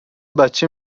بچه